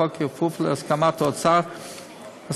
לתמוך בהצעת החוק בכפוף להסכמות האוצר ובתיאום